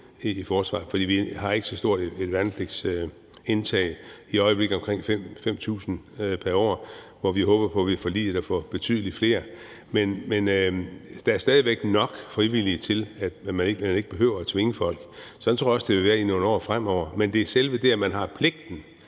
i forsvaret, for vi har ikke så stort et værnepligtsindtag. I øjeblikket er det omkring 5.000 pr. år, og vi håber på, at vi ved forliget får betydelig flere. Men der er stadig væk nok frivillige til, at man ikke behøver at tvinge folk. Sådan tror jeg også det vil være i nogle år fremover, men det er selve det, at man har pligten,